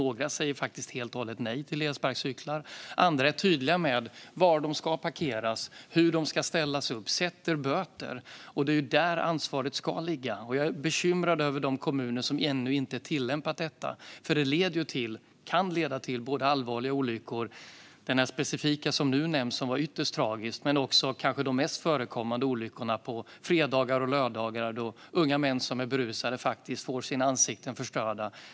Några säger faktiskt helt och hållet nej till elsparkcyklar, andra är tydliga med var de ska parkeras och hur de ska ställas upp, och de sätter böter. Det är där ansvaret ska ligga. Jag är bekymrad över de kommuner som ännu inte tillämpat detta. Det kan leda till allvarliga olyckor, som den specifika som nu nämns och som var ytterst tragisk men också de kanske mest förekommande olyckorna på fredagar och lördagar, då unga män som är berusade faktiskt får sina ansikten förstörda.